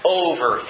over